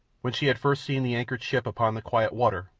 when she had first seen the anchored ship upon the quiet water,